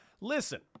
Listen